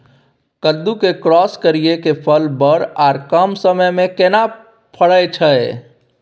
कद्दू के क्रॉस करिये के फल बर आर कम समय में केना फरय छै?